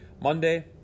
Monday